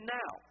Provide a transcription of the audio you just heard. now